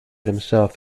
himself